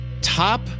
top